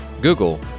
Google